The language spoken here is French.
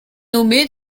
nommé